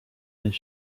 this